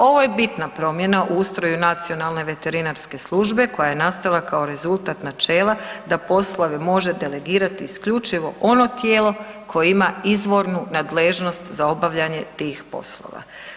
Ovo je bitna promjena u ustroju nacionalne veterinarske službe koja je nastala kao rezultat načela da poslove može delegirati isključivo ono tijelo koje ima izvornu nadležnost za obavljanje tih poslova.